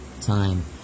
time